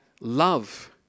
love